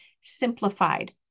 simplified